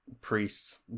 priests